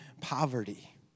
poverty